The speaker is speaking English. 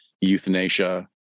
euthanasia